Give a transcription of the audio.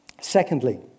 Secondly